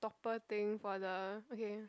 poor thing for the okay